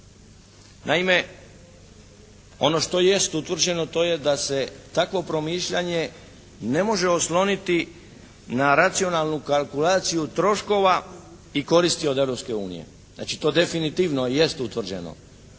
Naime, ono što jest utvrđeno to je da se takvo promišljanje ne može osloniti na racionalnu kalkulaciju troškova i koristi od Europske unije. Znači to definitivno jest utvrđeno.